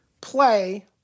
play